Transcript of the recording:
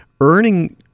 earning